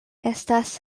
estas